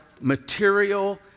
material